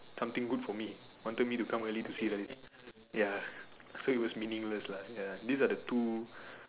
something good for me wanted me to come early to see like ya so it's meaningless lah these are the two